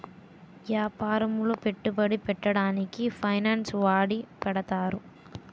యాపారములో పెట్టుబడి పెట్టడానికి ఫైనాన్స్ వాడి పెడతారు